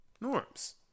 norms